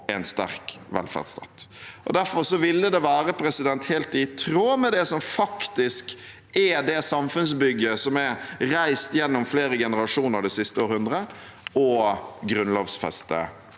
og en sterk velferdsstat. Derfor ville det være helt i tråd med det som faktisk er det samfunnsbygget som er reist gjennom flere generasjoner det siste århundret, å grunnlovfeste